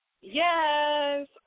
Yes